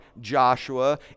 Joshua